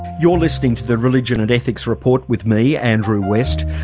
you're listening to the religion and ethics report with me, andrew west.